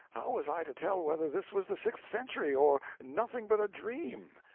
how was i to tell whether this was the sixth century, or nothing but a dream?